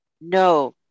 No